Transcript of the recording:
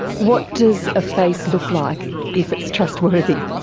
what does a face look like if it's trustworthy?